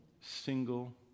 single